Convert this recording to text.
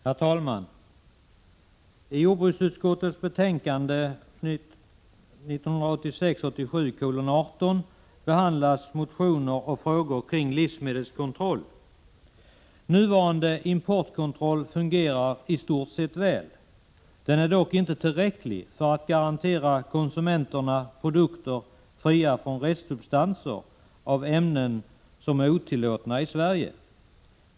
Herr talman! I jordbruksutskottets betänkande 1986/87:18 behandlas motioner och frågor kring livsmedelskontroll. Nuvarande importkontroll fungerar i stort sett väl. Den är dock inte tillräcklig för att garantera konsumenterna produkter fria från restsubstanser av ämnen otillåtna i Sverige.